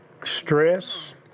Stress